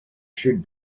should